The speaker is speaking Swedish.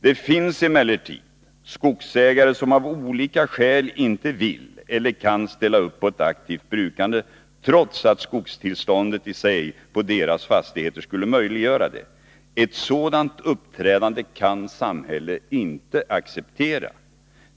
Det finns emellertid skogsägare som av olika skäl inte vill eller kan ställa upp på ett aktivt brukande trots att skogstillståndet i sig på deras fastigheter skulle möjliggöra det. Ett sådant uppträdande kan samhället inte acceptera.